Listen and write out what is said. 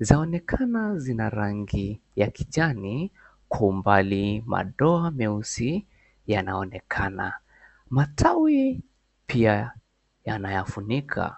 Zaonekana zina rangi ya kijani kwa umbali madoa meusi yanaonekana. Matawi pia yanayafunika.